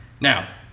Now